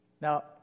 Now